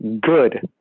good